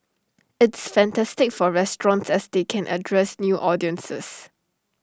it's fantastic for restaurants as they can address new audiences